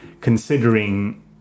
considering